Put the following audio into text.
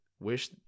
wish